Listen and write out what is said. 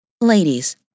Ladies